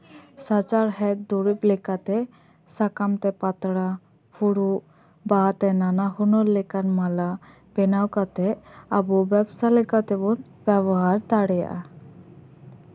ᱥᱟᱪᱟᱨᱦᱮ ᱫᱩᱨᱤᱵ ᱞᱮᱠᱟᱛᱮ ᱥᱟᱠᱟᱢ ᱛᱮ ᱯᱟᱛᱲᱟ ᱯᱷᱩᱲᱩᱜ ᱵᱟᱦᱟ ᱛᱮ ᱱᱟᱱᱟᱦᱩᱱᱟᱹᱨ ᱞᱮᱠᱟᱱ ᱢᱟᱞᱟ ᱵᱮᱱᱟᱣ ᱠᱟᱛᱮ ᱟᱵᱚ ᱵᱮᱵᱥᱟ ᱞᱮᱠᱟᱛᱮᱵᱚᱱ ᱵᱮᱵᱚᱦᱟᱨ ᱫᱟᱲᱮᱭᱟᱜᱼᱟ